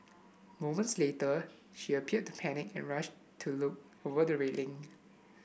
moments later she appeared to panic and rushed to look over the railing